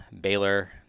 Baylor